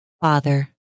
Father